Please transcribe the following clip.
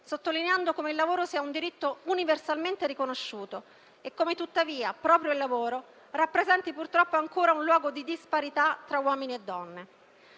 sottolineando come il lavoro sia un diritto universalmente riconosciuto e come, tuttavia, proprio il lavoro rappresenti purtroppo ancora un luogo di disparità tra uomini e donne.